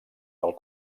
del